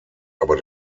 aber